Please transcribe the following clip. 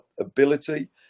ability